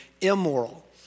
immoral